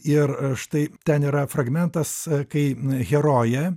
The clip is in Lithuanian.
ir štai ten yra fragmentas kai herojė